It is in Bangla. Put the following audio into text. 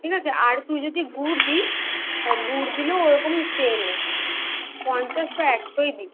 ঠিক আছে আর তুই যদি গুড় দিস তা গুড় দিলেও ওরকম সেমই পঞ্চাশ বা একশোই দিবি